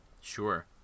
Sure